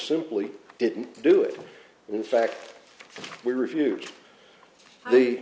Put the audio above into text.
simply didn't do it and in fact we refute the